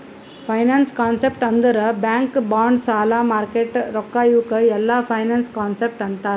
finance concept ಅಂದುರ್ bank bonds ಸಾಲ market ರೊಕ್ಕಾ ಇವುಕ್ ಎಲ್ಲಾ ಫೈನಾನ್ಸ್ ಕಾನ್ಸೆಪ್ಟ್ ಅಂತಾರ್